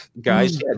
guys